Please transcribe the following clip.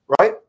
right